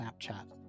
Snapchat